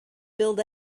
build